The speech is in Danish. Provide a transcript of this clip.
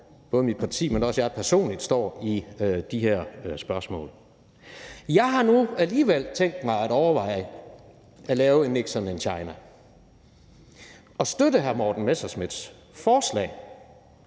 hvor mit parti, men også jeg personligt, står i de her spørgsmål. Jeg har nu alligevel tænkt mig at overveje at lave en »Nixon in China« og støtte hr. Morten Messerschmidts forslag